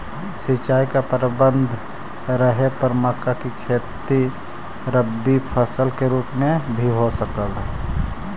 सिंचाई का प्रबंध रहे पर मक्का की खेती रबी फसल के रूप में भी हो सकलई हे